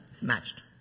matched